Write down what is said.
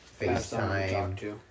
FaceTime